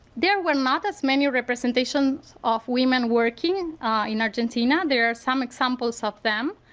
there were not as many representations of women working in argentina. there are some examples of them.